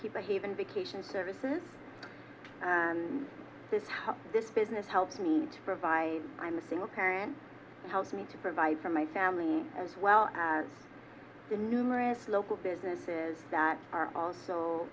people haven vacation services says this business helps me to provide i'm a single parent help me to provide for my family as well as the numerous local businesses that are also